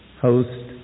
host